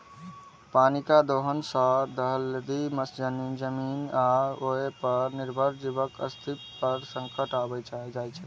पानिक दोहन सं दलदली जमीन आ ओय पर निर्भर जीवक अस्तित्व पर संकट आबि जाइ छै